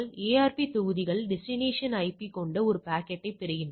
ARP தொகுதிகள் destination IP கொண்ட ஒரு பாக்கெட்டைப் பெறுகின்றன